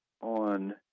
on